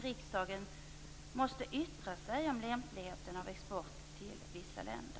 Riksdagen måste yttra sig om lämpligheten av export till vissa länder.